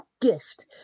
gift